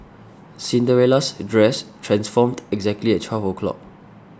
Cinderella's dress transformed exactly at twelve O'clock